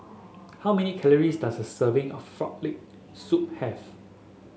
how many calories does a serving of Frog Leg Soup have